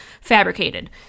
fabricated